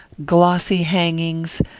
glossy hangings,